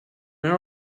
our